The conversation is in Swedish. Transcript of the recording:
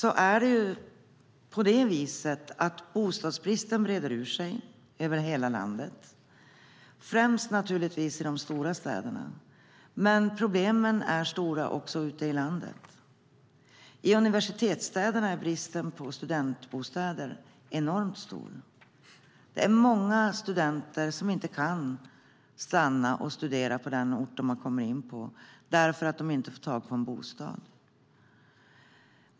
I dag breder bostadsbristen ut sig över hela landet, naturligtvis främst i de stora städerna, men problemen är stora också ute i landet. I universitetsstäderna är bristen på studentbostäder enormt stor. Många studenter kan inte stanna och studera på den ort där de kommit in på grund av att de inte får tag i bostad.